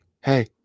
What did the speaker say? hey